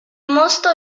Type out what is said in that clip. mosto